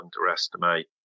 underestimate